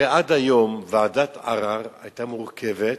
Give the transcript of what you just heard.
הרי עד היום ועדת ערר היתה מורכבת